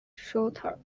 shooter